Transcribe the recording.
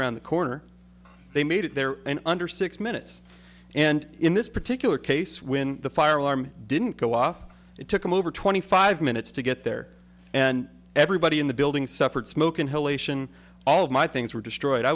around the corner they made it there and under six minutes and in this particular case when the fire alarm didn't go off it took them over twenty five minutes to get there and everybody in the building suffered smoke inhalation all of my things were destroyed i